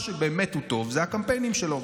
מה שבאמת הוא טוב זה בקמפיינים שלו.